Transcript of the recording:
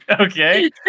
Okay